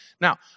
Now